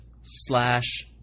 slash